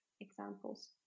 examples